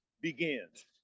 begins